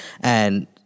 and-